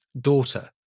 daughter